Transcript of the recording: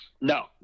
No